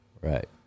Right